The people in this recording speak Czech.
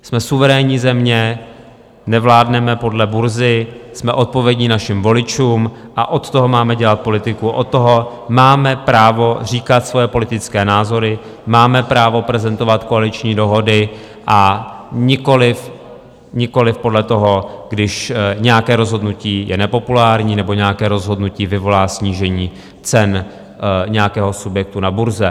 Jsme suverénní země, nevládneme podle burzy, jsme odpovědní našim voličům a od toho máme dělat politiku, od toho máme právo říkat svoje politické názory, máme právo prezentovat koaliční dohody, a nikoliv podle toho, když nějaké rozhodnutí je nepopulární nebo nějaké rozhodnutí vyvolá snížení cen nějakého subjektu na burze.